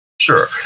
sure